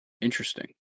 Interesting